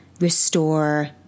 restore